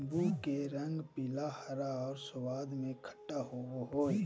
नीबू के रंग पीला, हरा और स्वाद में खट्टा होबो हइ